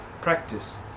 practice